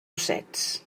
ossets